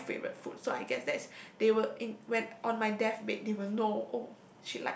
my favourite food so I guess that's they will in when on my deathbed they will know oh